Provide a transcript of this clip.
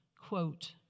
quote